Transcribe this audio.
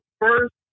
first